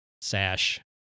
sash